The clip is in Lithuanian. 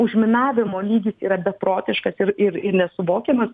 užminavimo lygis yra beprotiškas ir ir ir nesuvokiamas